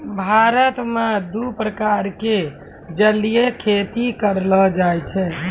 भारत मॅ दू प्रकार के जलीय खेती करलो जाय छै